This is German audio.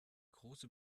große